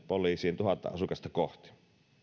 poliisiin tuhatta asukasta kohti